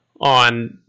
on